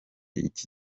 iki